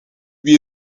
lui